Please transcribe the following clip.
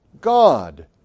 God